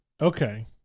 Okay